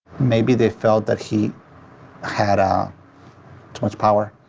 maybe they felt that he had um too much power,